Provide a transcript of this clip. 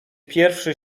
pierwszy